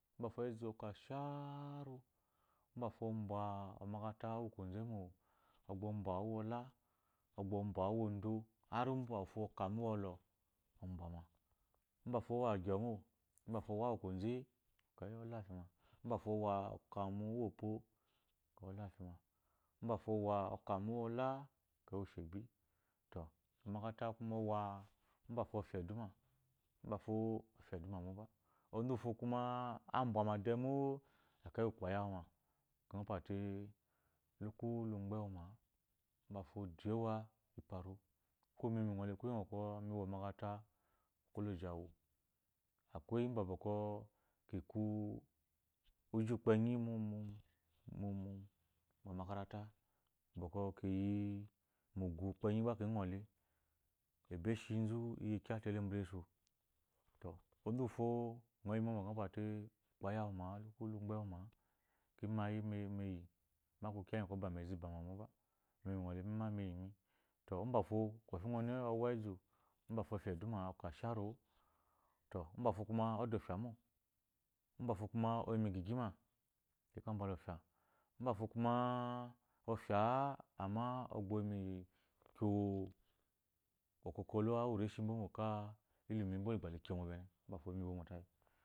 Mbafo ɔbwa omakata uwu kwɔze mo obwa oakata uwu wola ogbao bwa uwudo har mbafo ovah mu uwɔlo mbafo owa gyomo mbafo owa uwu kwɔze ekeyi olafima mbafo owa oka mu uwu opo ekeyi olafima mbafo owa okamu uwola ekeyi oshebi to omakata kuma owa mbafo ofya eduma mbafo ofya eduma moba onzuwufo kuma ambwa demo ekeyi ukpo ayawu ma ekeyi ɔgɔ pwate laku lu gbewu ma-a mbafo dayawa iparu ko imi mingɔe kuye ngwɔkɔ mi wa omakata uwu ocoloji awu akwei mbakɔ ki ku uji kpenyi mu omakarata mbakɔ keyi mu ugu ukpe nyi gba ki ngɔ le ebwo eshi eyi kya te mbla esu to onzu wufo ngɔ yi mɔmɔ kɔ porate ukpo ayawu ma luku lu gbe wa-a ki magi meyi mo aku kuja igi ebami eza ibama moba imi mingɔ le. mima meyi mi to mbafo onene owe ezu ofya eduma okah sharuo mbafo kuma ode ofya mo mbafo kuma oyi mu igigima teka mba lo fya mbafo kuma ofya amma oyi mu ikyo okowalwa ngwu reshi bo mo kah ilimimbo ligba li kyomo bene